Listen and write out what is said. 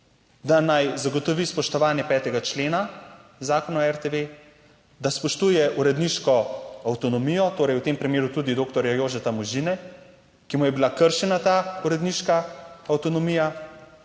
da naj zagotovi spoštovanje 5. člena Zakona o RTV, da spoštuje uredniško avtonomijo, torej v tem primeru tudi doktorja Jožeta Možine, ki mu je bila kršena ta uredniška avtonomija,